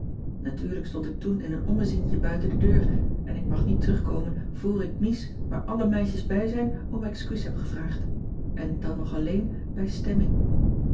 natuurlijk stond ik toen in een ommezientje buiten de deur en ik mag niet terugkomen voor ik mies waar alle meisjes bij zijn om excuus heb gevraagd en dan nog alleen bij stemming